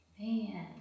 man